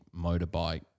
motorbike